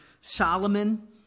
solomon